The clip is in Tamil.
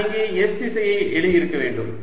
நான் இங்கே s திசையை எழுதியிருக்க வேண்டும்